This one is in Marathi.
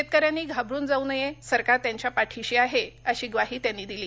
शेतकऱ्यांनी घाबरून जाऊ नये सरकार त्यांच्या पाठीशी आहे अशी ग्वाही त्यांनी दिली